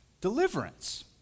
deliverance